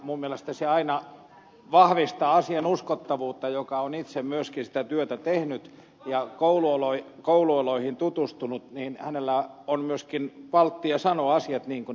minun mielestäni se aina vahvistaa asian uskottavuutta joka on itse myöskin sitä työtä tehnyt ja kouluoloihin tutustunut niin hänellä on myöskin palttia sanoa asiat niin kuin ne on